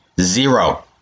Zero